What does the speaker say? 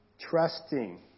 trusting